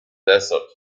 desert